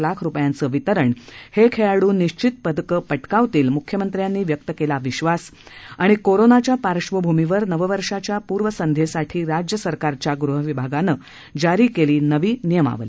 लाख रुपयांचं वितरण हे खेळाडू निश्वित पदकं पटकावतील मुख्यमंत्र्यांनी व्यक्त केला विश्वास कोरोनाच्या पार्श्वभूमीवर नववर्षाच्या पूर्वसंध्येसाठी राज्य सरकारच्या गृहविभागानं जारी केली नवी नियमावली